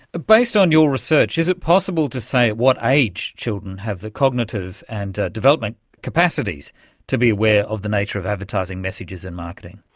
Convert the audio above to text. based on your research, is it possible to say at what age children have the cognitive and development capacities to be aware of the nature of advertising messages in marketing?